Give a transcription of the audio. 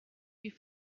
you